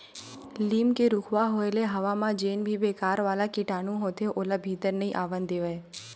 लीम के रूखवा होय ले हवा म जेन भी बेकार वाला कीटानु होथे ओला भीतरी नइ आवन देवय